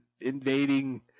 invading